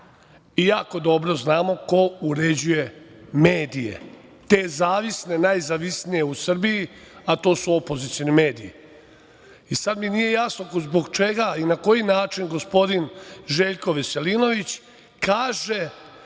jako dobro znamo ko uređuje medije, te zavisne, najzavisnije u Srbiji, a to su opozicioni mediji. Sad mi nije jasno zbog čega i na koji način gospodin Željko Veselinović kaže